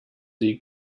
sie